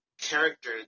character